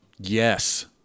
Yes